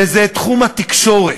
וזה תחום התקשורת.